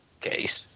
case—